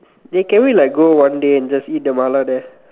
they can we like go one day and just eat the Mala there